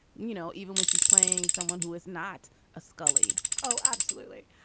you know, even when she's playing someone who is not a scully? oh, absolutely.